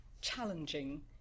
challenging